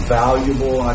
valuable